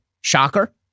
Shocker